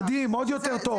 מדהים, עוד יותר טוב.